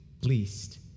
least